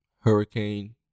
Hurricane